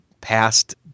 past